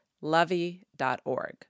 lovey.org